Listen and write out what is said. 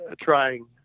trying